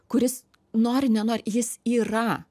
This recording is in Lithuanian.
kuris nori nenori jis yra